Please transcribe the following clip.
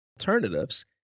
alternatives